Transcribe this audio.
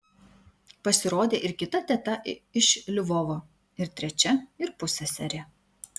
pasirodė ir kita teta iš lvovo ir trečia ir pusseserė